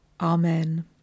Amen